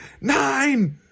nine